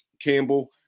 Campbell